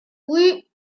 oui